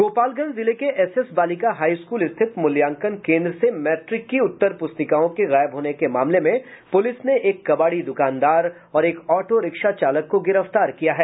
गोपालगंज जिले के एसएस बालिका हाई स्कूल स्थित मूल्यांकन केन्द्र से मैट्रिक की उत्तर प्रस्तिकाओं के गायब होने के मामले में प्रलिस ने एक कबाड़ी दुकानदार और एक ऑटोरिक्शा चालक को गिरफ्तार किया है